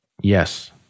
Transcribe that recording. Yes